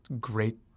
great